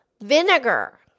vinegar